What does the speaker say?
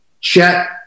Chet